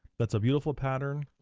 that's a beautiful pattern.